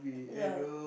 ya